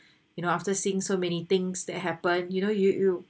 you know after seeing so many things that happened you know you you